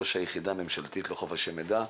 ראש היחידה הממשלתית לחופש המידע.